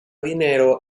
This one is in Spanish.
dinero